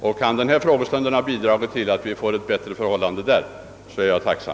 Om denna frågestund har kunnat bidra till att vi får bättre förhållanden därvidlag, så är jag tacksam.